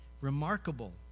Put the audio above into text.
remarkable